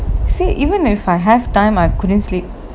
see even if I have time I couldn't sleep